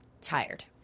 Tired